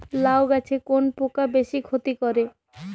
লাউ গাছে কোন পোকা বেশি ক্ষতি করে?